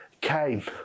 came